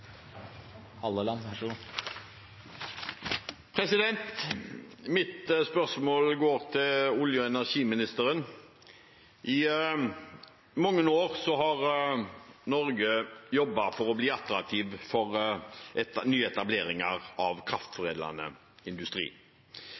Mitt spørsmål går til olje- og energiministeren. I mange år har man i Norge jobbet for å bli attraktive for nye etableringer av